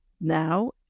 now